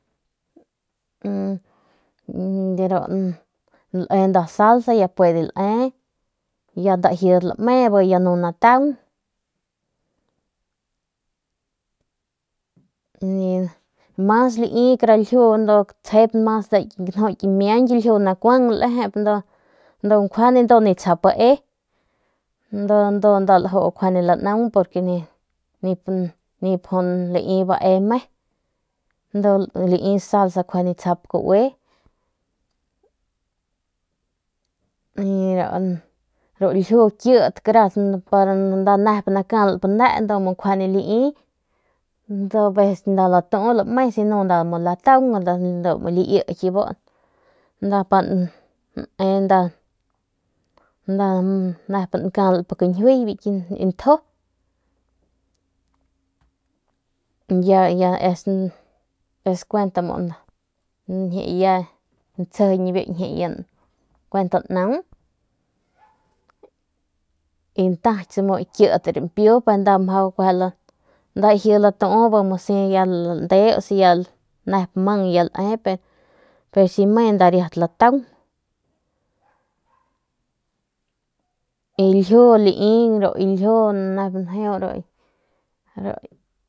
Nda salsa ndu nip tsjau bae y si nda ni natu nda riat lataung nda riat lakalp kiñjiuy ya es kuenta ya ntsjijiñ ya kuet naung y ntaki kit rampiu y ya nda laji latu y kun ya lai y nkjuande lai kara ljiu.